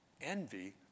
envy